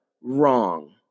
wrong